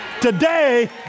today